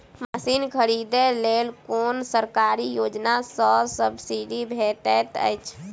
Machine खरीदे लेल कुन सरकारी योजना सऽ सब्सिडी भेटैत अछि?